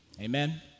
Amen